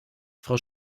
frau